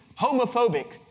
homophobic